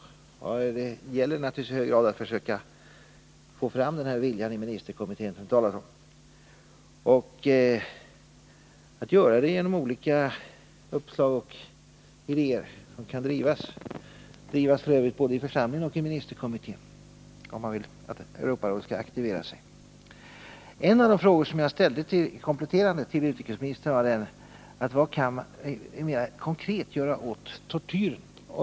Vad det gäller är naturligtvis i hög grad att försöka få fram den här viljan i ministerkommittén, att göra det genom olika uppslag och idéer som kan drivas — f. ö. både i den parlamentariska församlingen och i ministerkommittén, om man vill att Europarådet skall aktiveras. En annan av de kompletterande frågor som jag ställde till utrikesministern var denna: Vad kan man mer konkret göra åt tortyren?